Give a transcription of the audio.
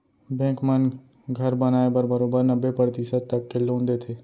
bank मन घर बनाए बर बरोबर नब्बे परतिसत तक के लोन देथे